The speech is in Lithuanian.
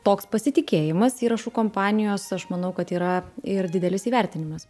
toks pasitikėjimas įrašų kompanijos aš manau kad yra ir didelis įvertinimas